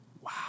Wow